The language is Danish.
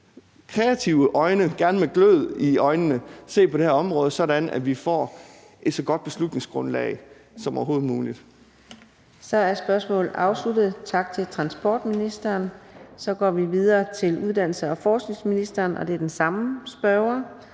kreative personer, gerne med glød i øjnene, se på det her område, sådan at vi får et så godt beslutningsgrundlag som overhovedet muligt. Kl. 15:16 Fjerde næstformand (Karina Adsbøl): Så er spørgsmålet afsluttet. Tak til transportministeren. Så går vi videre til uddannelses- og forskningsministeren, og det er den samme spørger.